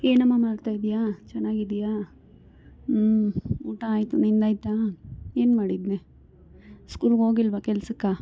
ಏನಮ್ಮ ಮಾಡ್ತಾಯಿದ್ದೀಯ ಚೆನ್ನಾಗಿದ್ದೀಯ ಹ್ಞೂ ಊಟ ಆಯ್ತು ನಿಂದಾಯ್ತಾ ಏನು ಮಾಡಿದ್ದೆ ಸ್ಕೂಲ್ಗೋಗಿಲ್ವ ಕೆಲಸಕ್ಕೆ